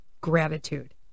gratitude